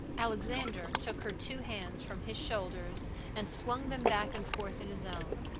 alexander took her two hands from his shoulders and swung them back and forth in his own,